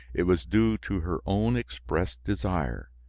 it was due to her own expressed desire.